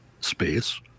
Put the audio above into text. space